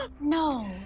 No